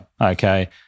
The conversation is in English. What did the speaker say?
okay